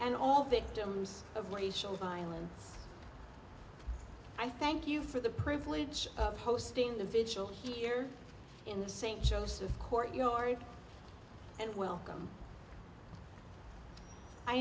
and all victims of racial violence i thank you for the privilege of hosting the vigil here in the st joseph court yard and welcome i